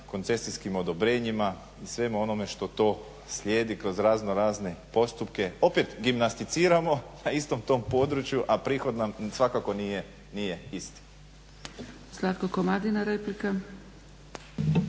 koncesijskim odobrenjima i svemu onome što to slijedi kroz razno razne postupke, opet gimnasticiramo na istom tom području, a prihod nam svakako nije isti. **Zgrebec, Dragica